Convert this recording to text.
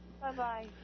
Bye-bye